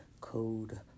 code